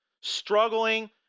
struggling